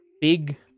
big